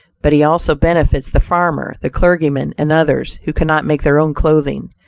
but he also benefits the farmer, the clergyman and others who cannot make their own clothing.